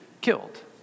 killed